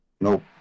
nope